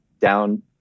down